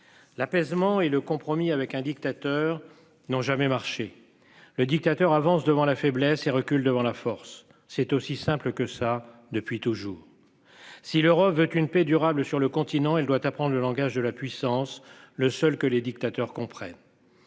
L'apaisement et le compromis avec un dictateur n'ont jamais marché le dictateur avance devant la faiblesse et recule devant la force c'est aussi simple que ça depuis toujours. Si l'Europe veut une paix durable sur le continent. Elle doit apprendre le langage de la puissance, le seul que les dictateurs comprennent.